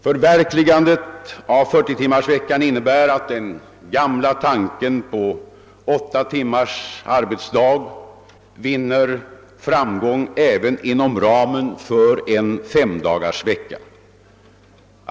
Förverkligandet av 40-timmarsveckan innebär att den gamla tanken på åtta timmars arbetsdag vinner framgång även inom ramen för en femdagarsvecka.